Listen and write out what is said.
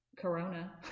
corona